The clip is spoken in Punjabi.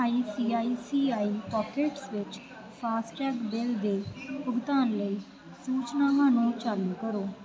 I C I C I Pockets ਵਿੱਚ ਫਾਸਟੈਗ ਬਿੱਲ ਦੇ ਭੁਗਤਾਨ ਲਈ ਸੂਚਨਾਵਾਂ ਨੂੰ ਚਾਲੂ ਕਰੋ